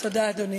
תודה, אדוני.